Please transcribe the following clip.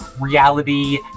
reality